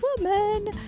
woman